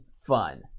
fun